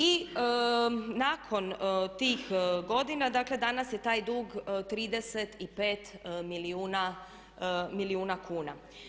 I nakon tih godina, dakle danas je taj dug 35 milijuna kuna.